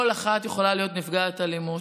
כל אחת יכולה להיות נפגעת אלימות.